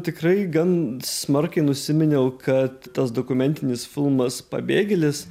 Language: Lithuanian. tikrai gan smarkiai nusiminiau kad tas dokumentinis filmas pabėgėlis